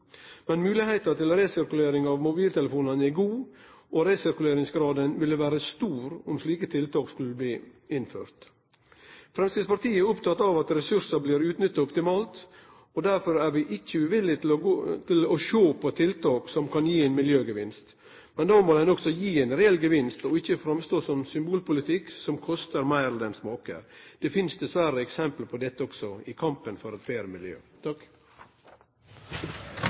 Men moglegheita for resirkulering av mobiltelefonar er god, og resirkuleringsgraden ville vere stor om slike tiltak skulle bli innførte. Framstegspartiet er oppteke av at ressursar blir utnytta optimalt, og derfor er vi ikkje uvillige til å sjå på tiltak som kan gi ein miljøgevinst, men då må det også gi ein reell gevinst og ikkje framstå som symbolpolitikk, som kostar meir enn det smaker. Det finst dessverre eksempel på dette også i kampen for eit